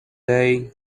day